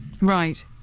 Right